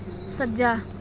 ਸੱਜਾ